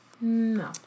No